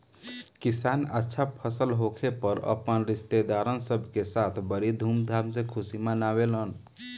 किसान अच्छा फसल होखे पर अपने रिस्तेदारन सब के साथ बड़ी धूमधाम से खुशी मनावेलन